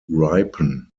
ripen